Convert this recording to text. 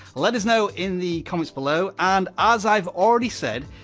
let us know in the comments below and as i've already said,